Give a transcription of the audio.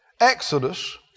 Exodus